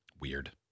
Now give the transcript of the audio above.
weird